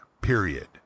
Period